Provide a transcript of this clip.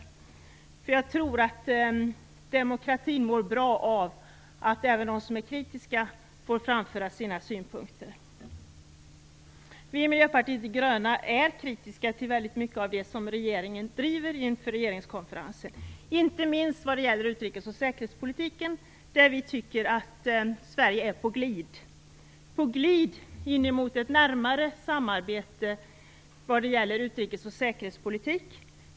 Jag tror att demokratin mår bra av att även de som är kritiska får framföra sina synpunkter. Vi i Miljöpartiet de gröna är kritiska till väldigt mycket av det som regeringen driver inför regeringskonferensen, inte minst vad det gäller utrikes och säkerhetspolitiken, där vi tycker att Sverige är på glid in mot ett närmare samarbete vad gäller utrikes och säkerhetspolitik.